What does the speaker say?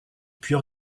puis